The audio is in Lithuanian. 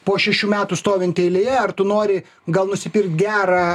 po šešių metų stovint eilėje ar tu nori gal nusipirkti gerą